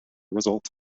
result